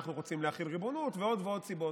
ואנחנו רוצים להחיל ריבונות ועוד ועוד סיבות.